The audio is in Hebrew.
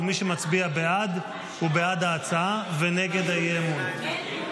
ומי שמצביע בעד הוא בעד ההצעה ונגד האי-אמון,